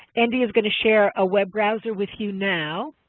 andy is going to share a web browser with you now.